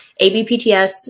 ABPTS